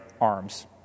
arms